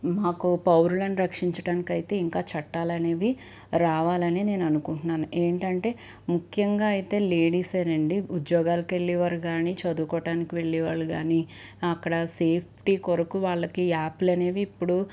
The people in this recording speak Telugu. మాకు పౌరులను రక్షించడానికి అయితే ఇంకా చట్టాలనేవి రావాలని నేను అనుకుంటున్నాను ఏంటంటే ముఖ్యంగా అయితే లేడీసే నండి ఉద్యోగాలకు వెళ్ళేవారు కానీ చదువుకోవడానికి వెళ్ళే వాళ్ళు కానీ అక్కడ సేఫ్టీ కొరకు వాళ్ళకి యాప్లనేవి ఇప్పుడు